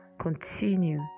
Continue